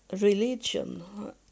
religion